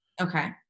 Okay